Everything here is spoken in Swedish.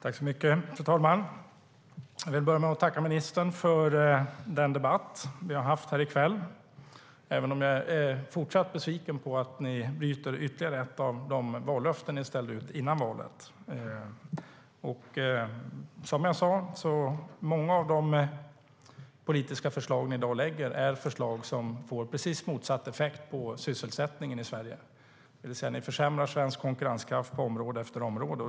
Fru talman! Jag vill börja med att tacka ministern för den debatt vi har haft här i kväll, även om jag är fortsatt besviken på att ni bryter ytterligare ett av de vallöften ni ställde ut före valet, Magdalena Andersson. Som jag sade är många av de politiska förslag ni i dag lägger fram förslag som får precis motsatt effekt på sysselsättningen i Sverige, det vill säga ni försämrar svensk konkurrenskraft på område efter område.